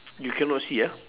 you cannot see ah